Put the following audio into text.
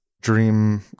dream